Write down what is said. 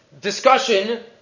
discussion